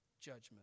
judgment